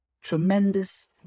tremendous